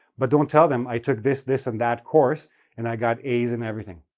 but don't tell them i took this, this, and that course and i got a's in everything.